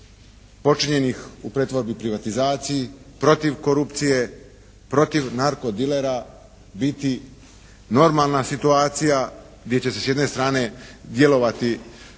počinjenih u pretvorbi i privatizaciji protiv korupcije, protiv narkodilera biti normalna situacija gdje će s jedne strane djelovati